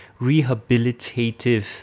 rehabilitative